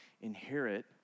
inherit